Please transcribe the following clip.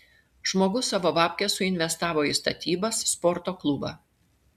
žmogus savo babkes suinvestavo į statybas sporto klubą